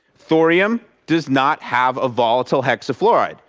thorium does not have a volatile hexafluoride.